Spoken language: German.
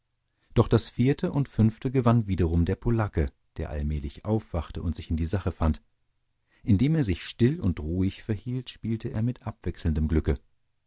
doch das vierte und fünfte gewann wiederum der polacke der allmählich aufwachte und sich in die sache fand indem er sich still und ruhig verhielt spielte er mit abwechselndem glück